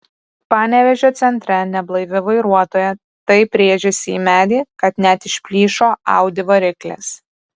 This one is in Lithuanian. panevėžio centre neblaivi vairuotoja taip rėžėsi į medį kad net išplyšo audi variklis